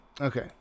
okay